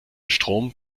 strom